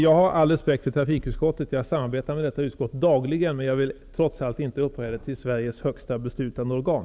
Jag har all respekt för trafikutskottet, jag samarbetar med detta utskott dagligen, men jag vill trots det inte upphöja det till Sveriges högsta beslutande organ.